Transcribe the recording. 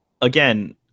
again